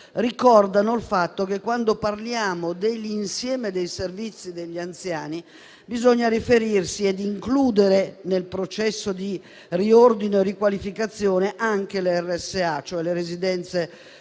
ricordano il fatto che, quando parliamo dell'insieme dei servizi agli anziani, bisogna riferirsi e includere nel processo di riordino e riqualificazione anche le RSA, cioè le residenze